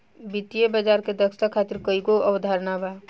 वित्तीय बाजार के दक्षता खातिर कईगो अवधारणा बा